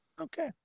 Okay